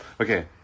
Okay